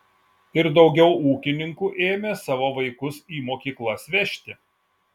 ir daugiau ūkininkų ėmė savo vaikus į mokyklas vežti